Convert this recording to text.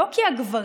לא כי הגברים,